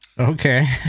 Okay